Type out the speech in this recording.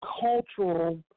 cultural